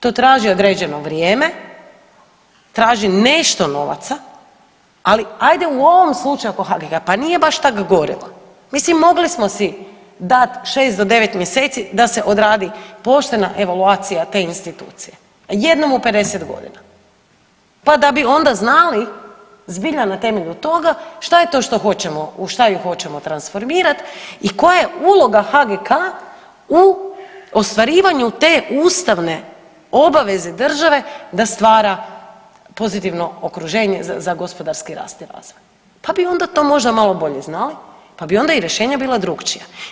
To traži određeno vrijeme, traži nešto novaca, ali hajde u ovom slučaju oko HGK-a pa nije baš tako … [[ne razumije se]] Mislim mogli smo si dati 6 do 9 mjeseci da se odradi poštena evaluacija te institucije jednom u 50 godina, pa da bi onda znali zbilja na temelju toga što je to što hoćemo u što ju hoćemo transformirati i koja je uloga HGK-a u ostvarivanju te ustavne obaveze države da stvara pozitivno okruženje za gospodarski rast i razvoj, pa bi onda to možda malo bolje znali, pa bi onda i rješenja bila drukčija.